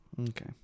okay